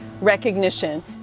recognition